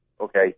okay